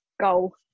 goal